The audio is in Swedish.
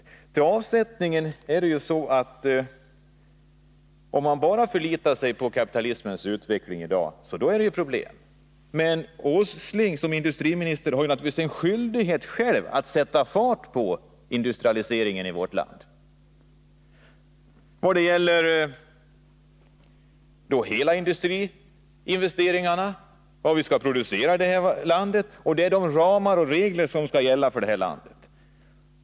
I fråga om avsättningen är det så att om man bara förlitar sig på kapitalismens utveckling i dag, då är det problem. Men Nils Åsling som industriminister har naturligtvis en skyldighet att själv sätta fart på industrialiseringen i vårt land, både när det gäller industriinvesteringarna över huvud taget och vad vi skall producera här i landet och när det gäller de ramar och regler som skall gälla.